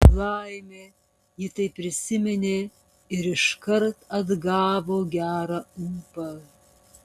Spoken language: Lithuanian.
laimė ji tai prisiminė ir iškart atgavo gerą ūpą